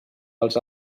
dels